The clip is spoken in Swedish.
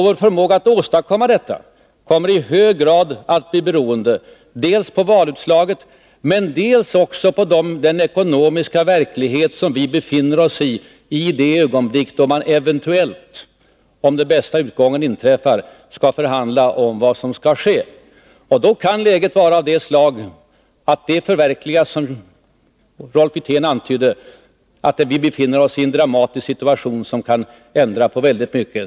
Vår förmåga att åstadkomma detta kommer i hög grad att bli beroende dels av valutslaget, dels också av den ekonomiska verklighet som vi befinner oss i i det ögonblick då man eventuellt — om den bästa utgången inträffar — skall förhandla om vad som skall ske. Då kan läget vara sådant att det förverkligas som Rolf Wirtén antydde, nämligen att vi befinner oss i en dramatisk situation som kan ändra på väldigt mycket.